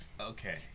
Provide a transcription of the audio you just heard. Okay